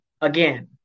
again